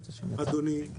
אדוני,